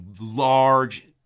large